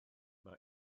mae